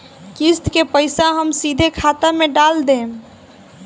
किस्त के पईसा हम सीधे खाता में डाल देम?